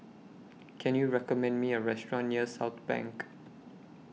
Can YOU recommend Me A Restaurant near Southbank